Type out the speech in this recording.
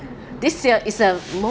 this year is a